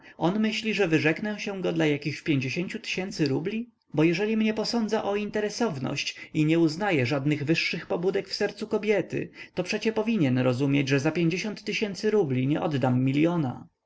on myśli że wyrzeknę się go dla jakichś rubli bo jeżeli mnie posądza o interesowność i nie uznaje żadnych wyższych pobudek w sercu kobiety to przecie powinien rozumieć że za rubli nie oddam miliona